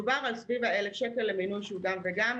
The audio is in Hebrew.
מדובר על סביב 1,000 שקל למינוי שהוא גם וגם,